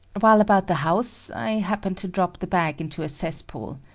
while about the house, i happened to drop the bag into a cesspool.